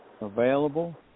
available